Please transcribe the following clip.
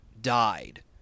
died